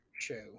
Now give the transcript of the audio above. show